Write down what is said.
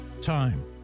Time